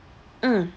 mm